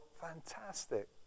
fantastic